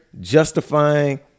justifying